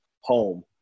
home